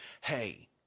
hey